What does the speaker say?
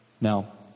Now